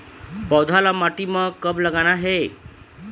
पौधा ला माटी म कब लगाना हे?